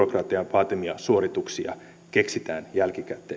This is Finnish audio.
vaatimia suorituksia keksitään jälkikäteen